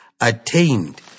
attained